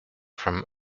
from